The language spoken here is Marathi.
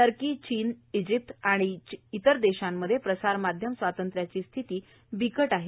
टर्की चीन इजिप्त या देषांमध्ये प्रसारमाध्यम स्वातंत्र्याची रिथती बिकट आहे